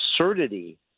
absurdity